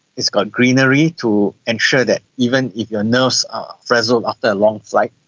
it's got greenery to ensure that even if your nerves are frazzled after a long flight,